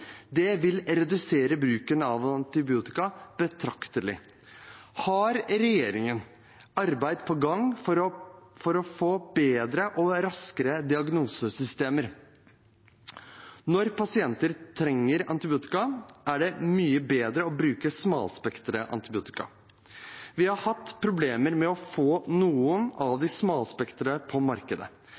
Det vil redusere bruken av antibiotika betraktelig. Har regjeringen arbeid på gang for å få bedre og raskere diagnosesystemer? Når pasienter trenger antibiotika, er det mye bedre å bruke smalspektret antibiotika. Vi har hatt problemer med å få noen av de smalspektrede på markedet.